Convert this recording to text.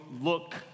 look